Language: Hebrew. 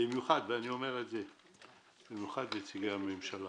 במיוחד נציגי הממשלה,